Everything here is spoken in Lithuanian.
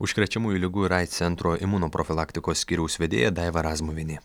užkrečiamųjų ligų ir aids centro imunoprofilaktikos skyriaus vedėja daiva razmuvienė